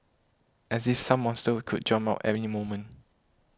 as if some monster could jump out moment